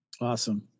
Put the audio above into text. Awesome